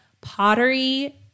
pottery